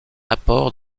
apport